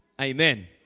Amen